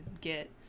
get